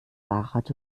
fahrrad